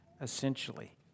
essentially